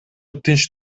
тынч